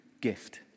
gift